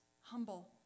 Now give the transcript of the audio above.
humble